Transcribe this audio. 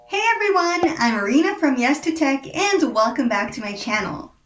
hey everyone, i'm marina from yes to tech, and welcome back to my channel.